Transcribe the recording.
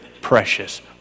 precious